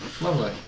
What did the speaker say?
Lovely